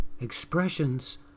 expressions